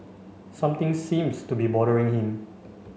something seems to be bothering him